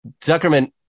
Zuckerman